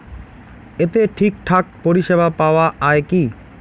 এতে ঠিকঠাক পরিষেবা পাওয়া য়ায় কি?